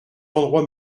endroit